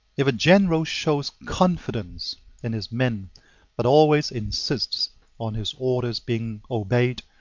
if a general shows confidence in his men but always insists on his orders being obeyed,